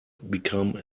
become